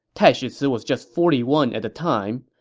taishi ci was just forty one at the time.